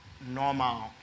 normal